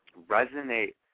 Resonate